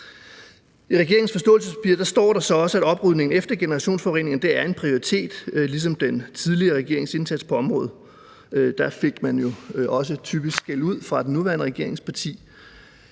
I regeringens forståelsespapir står der så også, at oprydningen efter generationsforureninger er en prioritet, ligesom den tidligere regerings indsats på området. Der fik man jo også typisk skældud fra det nuværende regeringsparti,